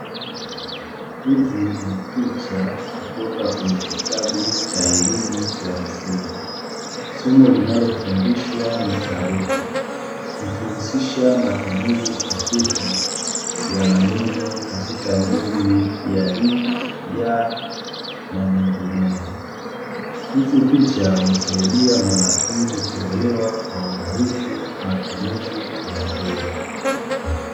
Hizi ni picha kutoka kwenye kitabu cha elimu ya msingi. Somo linalofundishwa ni sarufi likihusisha matumizi sahihi ya maneno katika ngeli ya -li, -ya na mengineyo. Hizi picha humsaidia mwanafunzi kuelewa kwa urahisi matumizi ya ngeli.